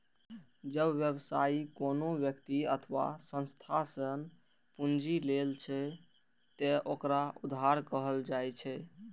जब व्यवसायी कोनो व्यक्ति अथवा संस्था सं पूंजी लै छै, ते ओकरा उधार कहल जाइ छै